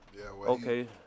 Okay